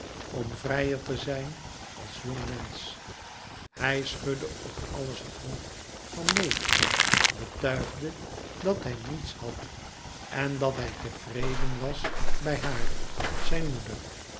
om vrijer te zijn als jongmensch hij schudde op alles het hoofd van neen betuigde dat hij niets had en dat hij tevreden was bij haar zijn moeder